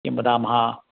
किं वदामः